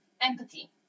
empathy